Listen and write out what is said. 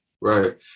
right